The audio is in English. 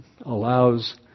allows